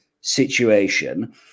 situation